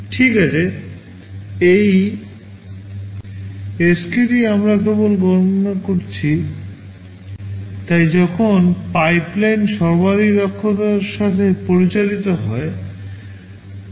ঠিক আছে এই Sk টি আমরা কেবল গণনা করেছি তাই যখন পাইপলাইন সর্বাধিক দক্ষতার সাথে পরিচালিত হয়